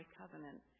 covenant